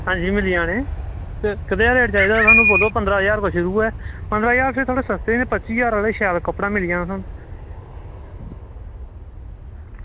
हां जी मिली जाने कदेहा रेट चाहिदा तुसें बोलो पंदरां ज्हार कोला शुरू ऐ ज्हार कोला थोह्ड़े सस्ते न पच्ची ज्हार आह्ला शैल कपड़ा मिली जाना थुआनूं